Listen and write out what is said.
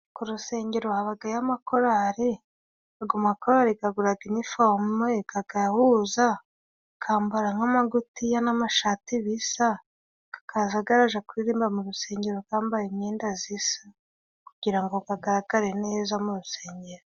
Ku rusengero habagayo amakorari, ago makorari gaguraga iniforume gagahuza, gakambara nk'amagutiya n'amashati bisa, gakaja garaja kuririmba mu rusengero gambaye imyenda zisa, kugira ngo gagaragare neza mu rusengero.